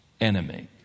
enemy